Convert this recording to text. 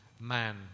man